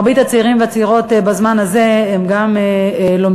מרבית הצעירים והצעירות בזמן הזה גם לומדים,